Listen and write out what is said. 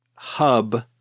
hub